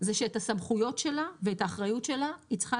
זה שאת הסמכויות שלה ואת האחריות שלה היא צריכה